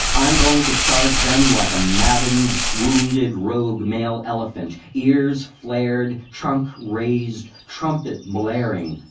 i'm going to charge them like a maddened, wounded, rogue male elephant, ears flared, trunk raised, trumpet blaring.